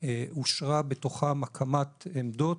שאושרה בתוכם הקמת עמדות,